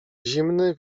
zimny